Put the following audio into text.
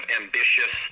ambitious